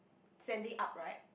standing up right